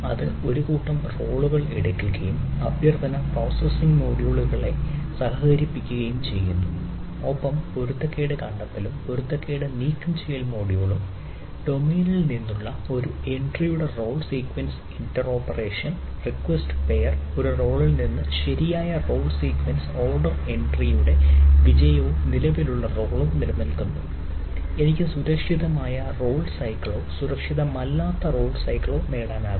അത് ഒരു കൂട്ടം റോളുകൾ എടുക്കുകയും അഭ്യർത്ഥന പ്രോസസ്സിംഗ് മൊഡ്യൂളുകളെ സുരക്ഷിതമല്ലാത്ത റോൾ സൈക്കിളോ നേടാനാകും